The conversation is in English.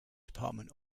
department